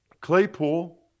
Claypool